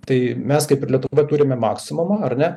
tai mes kaip ir lietuva turime maksimumą ar ne